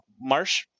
Marsh